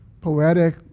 poetic